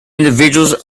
individuals